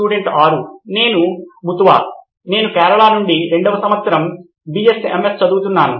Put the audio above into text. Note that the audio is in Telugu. స్టూడెంట్ 6 నేను ముతువా నేను కేరళ నుండి 2 వ సంవత్సరం బిఎస్ఎంఎస్ చదువుతున్నాను